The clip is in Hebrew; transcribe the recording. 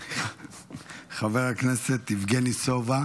חבר הכנסת יבגני סובה